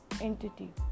entity